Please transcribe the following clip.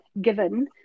given